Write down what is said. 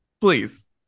Please